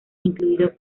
incluido